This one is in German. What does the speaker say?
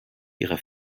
ihrer